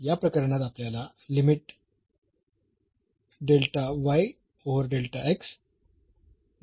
तर या प्रकरणात येथे आपल्याला हे मिळते